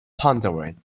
pondering